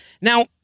Now